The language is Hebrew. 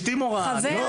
אשתי מורה, אני הייתי מורה.